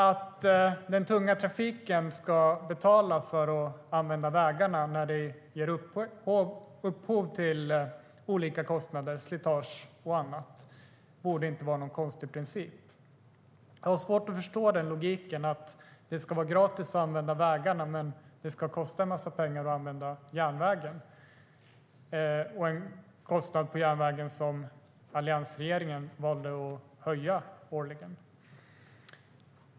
Att den tunga trafiken ska betala för att använda vägarna när den ger upphov till olika kostnader - slitage och annat - borde inte vara någon konstig princip. Jag har svårt att förstå logiken i att det ska vara gratis att använda vägarna men kosta en massa pengar att använda järnvägen. Kostnaden på järnvägen valde alliansregeringen dessutom att höja årligen.